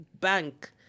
Bank